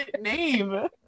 name